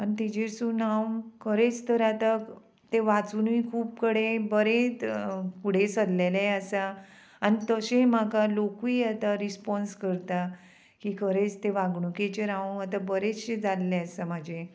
आनी तेजेरसून हांव खरेंच तर आतां तें वाचुनूय खूब कडे बरें फुडें सरलेलें आसा आनी तशेंय म्हाका लोकूय आतां रिस्पोन्स करता की खरेंच तें वागणुकेचेर हांव आतां बरेंचशें जाल्लें आसा म्हाजें